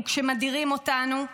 וכשמדירים אותנו,